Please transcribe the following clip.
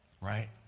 right